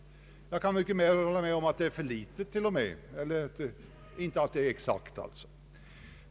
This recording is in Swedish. Jag kan mycket väl hålla med om att det t.o.m. är för litet; att det alltså inte är exakt avvägt.